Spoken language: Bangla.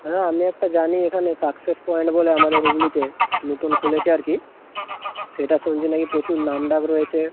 হ্যাঁ আমি একটা জানি এখানে সাকসেস পয়েন্ট বলে আমাদের হুগলিতে নতুন খুলেছে আর কি সেটা শুনছি নাকি প্রচুর নামডাক রয়েছে